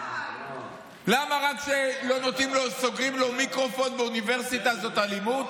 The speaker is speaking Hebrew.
למה רק כשסוגרים לו מיקרופון באוניברסיטה זאת אלימות?